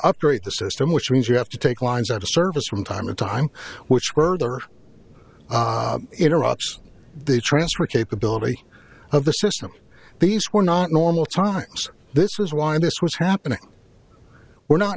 upgrade the system which means you have to take lines out of service from time to time which were other interrupts the transfer capability of the system these were not normal times this was why this was happening we're not